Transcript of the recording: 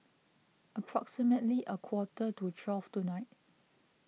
approximately a quarter to twelve tonight